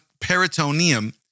peritoneum